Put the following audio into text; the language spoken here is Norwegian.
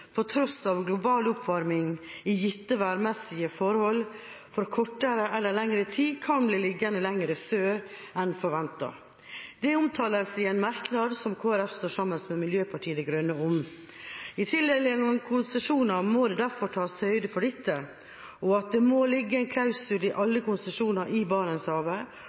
på tross av global oppvarming, under gitte værmessige forhold, for kortere eller lengre tid kan bli liggende lenger sør enn forventet. Det omtales i en merknad som Kristelig Folkeparti står sammen med Miljøpartiet De Grønne om. I tildeling av konsesjoner må det derfor tas høyde for dette, og det må ligge en klausul i alle konsesjoner i Barentshavet